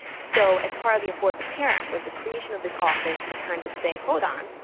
so as part of the affordable care act was the creation of this office to kind of say hold on,